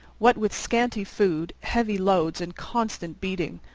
what with scanty food, heavy loads, and constant beating.